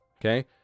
Okay